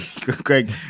greg